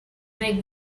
make